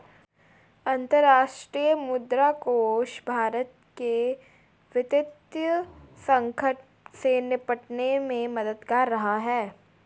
अंतर्राष्ट्रीय मुद्रा कोष भारत के वित्तीय संकट से निपटने में मददगार रहा है